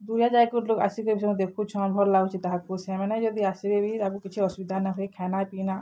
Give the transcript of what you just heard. ଦୂରିଆ ଯାଇକରି ଲୋକ୍ ଆସିକରି ଦେଖୁଛନ୍ ଭଲ୍ ଲାଗୁଛେ ତାହାକୁ ସେମାନେ ଯଦି ଆସିବେ ବି ତାକୁ କିଛି ଅସୁବିଧା ନାଇଁ ହୁଏ ଖାନା ପିନା